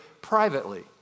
privately